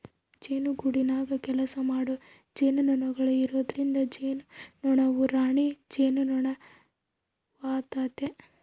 ಜೇನುಗೂಡಿನಗ ಕೆಲಸಮಾಡೊ ಜೇನುನೊಣಗಳು ಇರೊದ್ರಿಂದ ಜೇನುನೊಣವು ರಾಣಿ ಜೇನುನೊಣವಾತತೆ